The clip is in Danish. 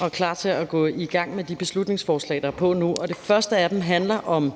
og er klar til at gå i gang med de beslutningsforslag, der er på nu, og det første af dem handler om